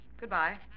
Goodbye